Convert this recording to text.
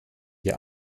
wir